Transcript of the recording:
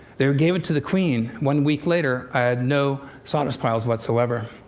they gave it to the queen. one week later, i had no sawdust piles whatsoever.